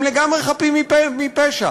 הם לגמרי חפים מפשע,